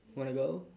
wanna go